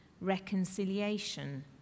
reconciliation